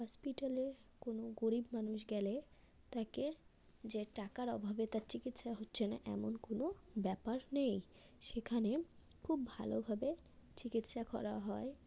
হসপিটালে কোন গরিব মানুষ গেলে তাকে যে টাকার অভাবে তার চিকিৎসা হচ্ছে না এমন কোনো ব্যাপার নেই সেখানে খুব ভালোভাবে চিকিৎসা করা হয়